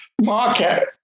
market